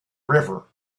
river